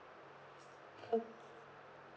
oh